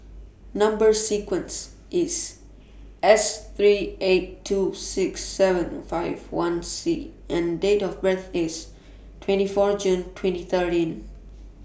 Number sequence IS S three eight two six seven five one C and Date of birth IS twenty four June twenty thirteen